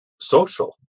social